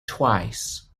twice